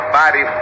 body